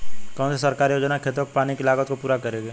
कौन सी सरकारी योजना खेतों के पानी की लागत को पूरा करेगी?